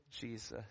Jesus